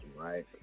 right